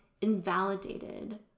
invalidated